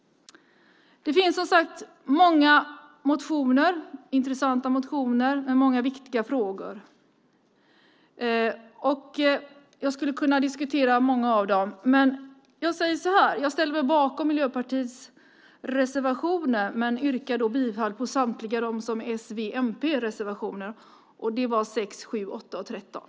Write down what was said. Det finns, som sagt, många intressanta motioner med många viktiga frågor. Jag skulle kunna diskutera många av dem. Jag ställer mig bakom Miljöpartiets reservationer men yrkar bifall till samtliga s-, v och mp-reservationer. Det var nr 6, 7, 8 och 13.